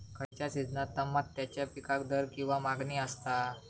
खयच्या सिजनात तमात्याच्या पीकाक दर किंवा मागणी आसता?